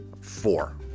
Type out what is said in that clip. Four